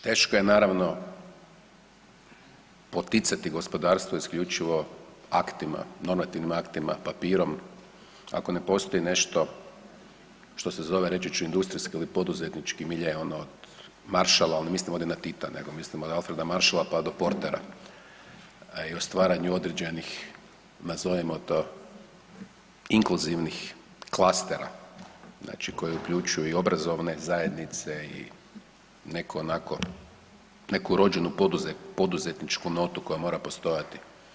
Teško je naravno poticati gospodarstvo isključivo aktima normativnim aktima, papirom ako ne postoji nešto što se zove reći ću industrijski ili poduzetnički milje ono od Marshalla, ne mislim ovdje na Tita nego mislim na Alfreda Marshalla pa do Portera i o stvaranju određenih nazovimo to inkluzivnih klastera koji uključuju i obrazovne zajednice i neko onako neku rođenu poduzetničku notu koja mora postojati.